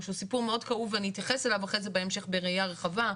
שהוא סיפור מאוד כאוב ואני אתייחס אליו אחרי זה בהמשך בראייה רחבה.